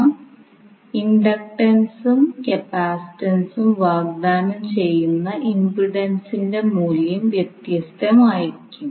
ആദ്യ മൊഡ്യൂളിൽ ഫേസറുകളുടെ ആശയം ചർച്ച ചെയ്യപ്പെട്ടുവെന്ന് നമുക്ക് അറിയാം